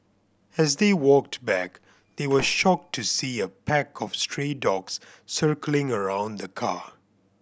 as they walked back they were shocked to see a pack of stray dogs circling around the car